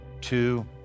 Two